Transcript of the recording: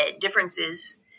differences